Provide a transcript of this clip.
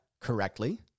correctly